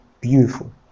beautiful